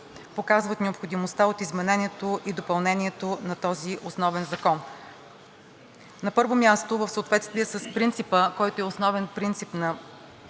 показват необходимостта от изменението и допълнението на този основен закон. На първо място, в съответствие с принципа, който е основен принцип на